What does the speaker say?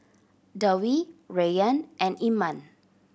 Dewi Rayyan and Iman